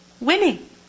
Winning